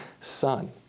son